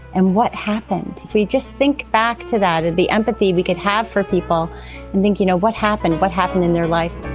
and what happened? if we just think back to that and the empathy we could have for people and think, you know, what happened, what happened in their life?